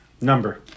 Number